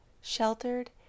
sheltered